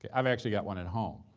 yeah i've actually got one and home.